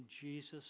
Jesus